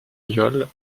yole